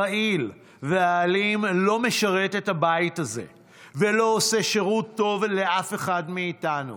הרעיל והאלים לא משרת את הבית הזה ולא עושה שירות טוב לאף אחד מאיתנו.